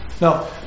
Now